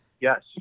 Yes